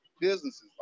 businesses